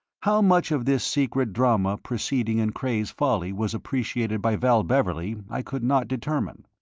how much of this secret drama proceeding in cray's folly was appreciated by val beverley i could not determine.